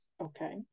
Okay